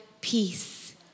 peace